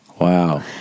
Wow